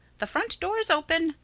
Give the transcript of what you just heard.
the front door is open.